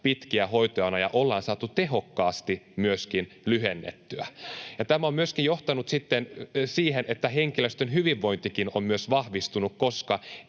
pitkiä hoitojonoja ollaan saatu tehokkaasti myöskin lyhennettyä. [Krista Kiuru: Hyvä!] Ja tämä on myöskin johtanut sitten siihen, että henkilöstön hyvinvointikin on vahvistunut, koska